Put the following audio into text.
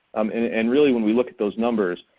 um and and really when we look at those numbers,